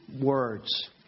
words